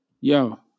Yo